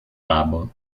rabo